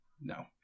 no